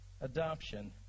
adoption